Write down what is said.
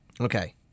Okay